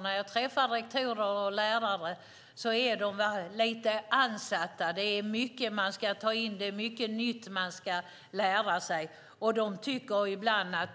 När jag träffar rektorer och lärare är de lite ansatta. Det är mycket de ska ta in. Det är mycket nytt de ska lära sig. De tycker ibland att